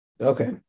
okay